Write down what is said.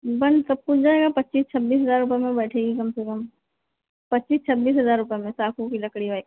बन सब कुछ जाएगा पच्चीस छब्बीस हज़ार रुपये में बैठेगा कम से कम पच्चीस छब्बीस हज़ार रुपये में साखू की लकड़ी वही